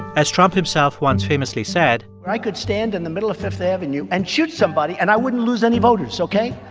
as trump himself once famously said. i could stand in the middle of fifth avenue and shoot somebody, and i wouldn't lose any voters, ok?